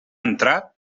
entrat